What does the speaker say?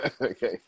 okay